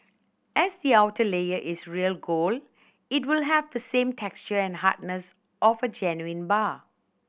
as the outer layer is real gold it will have the same texture and hardness of a genuine bar